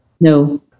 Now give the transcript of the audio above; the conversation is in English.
no